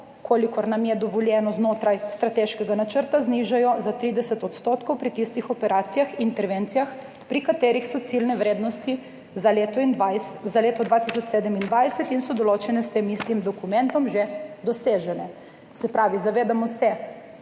kolikor nam je dovoljeno znotraj strateškega načrta, znižajo za 30 % pri tistih operacijah, intervencijah, pri katerih so ciljne vrednosti za leto 2027 že dosežene in so določene s tem istim dokumentom. Se pravi, zavedamo se,